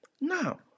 Now